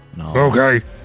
Okay